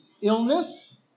illness